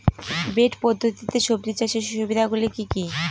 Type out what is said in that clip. Bed পদ্ধতিতে সবজি চাষের সুবিধাগুলি কি কি?